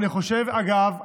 אגב,